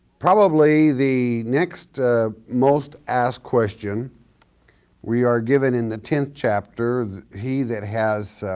probably the next most asked question we are given in the tenth chapter, he that has